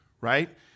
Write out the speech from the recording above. Right